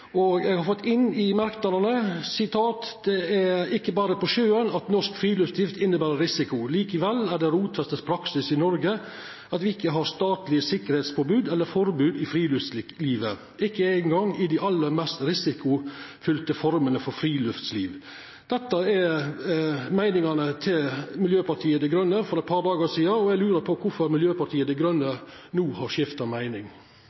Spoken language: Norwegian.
saka. Eg har gått inn i merknadene: «Det er ikke bare på sjøen at norsk friluftsliv innebærer risiko. Likevel er det rotfestet praksis i Norge at vi ikke har statlige sikkerhetspåbud eller forbud i friluftslivet – ikke engang i de aller mest risikofylte formene for friluftsliv.» Dette var meiningane til Miljøpartiet Dei Grøne for eit par dagar sidan, og eg lurer på kvifor Miljøpartiet Dei Grøne no har skifta meining.